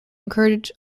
encourage